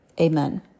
Amen